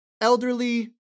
elderly